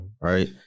right